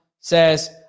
says